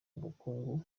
ubukungu